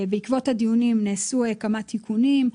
בעקבות הדיונים נעשו כמה תיקונים.